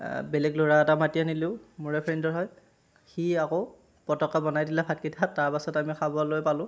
বেলেগ ল'ৰা এটা মাতি আনিলোঁ মোৰে ফ্ৰেণ্ডৰ হয় সি আকৌ পতককৈ বনাই দিলে ভাতকিটা তাৰপাছত আমি খাবলৈ পালোঁ